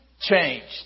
changed